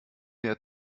der